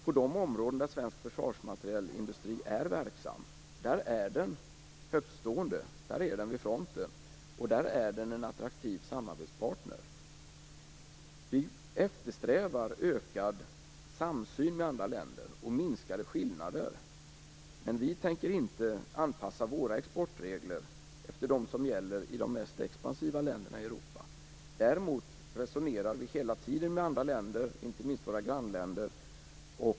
På de områden där svensk försvarsmaterielindustri är verksam är den högtstående. Där är den vid fronten. Där är den en attraktiv samarbetspartner. Vi eftersträvar ökad samsyn med andra länder och minskade skillnader, men vi tänker inte anpassa våra exportregler efter dem som gäller i de mest expansiva länderna i Europa. Däremot resonerar vi hela tiden med andra länder, inte minst våra grannländer.